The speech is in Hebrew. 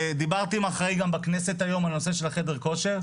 דיברתי עם האחראי גם בכנסת היום על הנושא של החדר כושר,